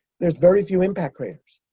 there's very few impact craters.